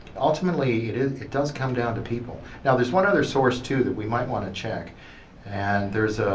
ultimately it is it does come down to people. now there's one other source too that we might want to check and there's